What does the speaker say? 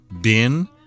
bin